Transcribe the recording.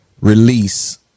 release